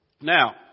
Now